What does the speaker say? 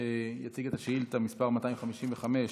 יציג את שאילתה מס' 255: